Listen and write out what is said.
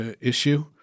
issue